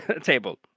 table